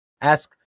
Ask